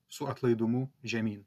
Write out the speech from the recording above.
su atlaidumu žemyn